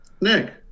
Nick